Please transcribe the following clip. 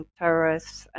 terrorists